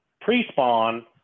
pre-spawn